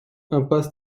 impasse